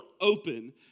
open